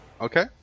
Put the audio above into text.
Okay